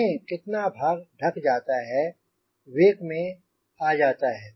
देखें कितना भाग ढक जाता है या वेक में आ जाता है